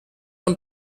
ein